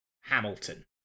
Hamilton